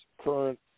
current